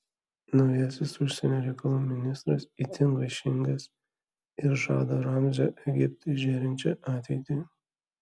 naujasis užsienio reikalų ministras itin vaišingas ir žada ramzio egiptui žėrinčią ateitį